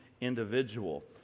individual